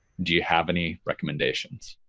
do you have any recommendations?